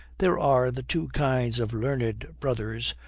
there are the two kinds of learned brothers,